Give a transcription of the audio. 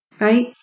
Right